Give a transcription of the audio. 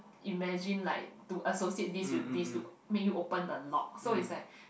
imagine like to associate this you this to make you open the lock so is like